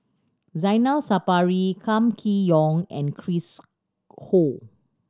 Zainal Sapari Kam Kee Yong and Chris Ho